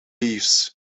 leaves